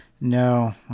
No